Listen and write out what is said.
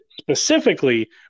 specifically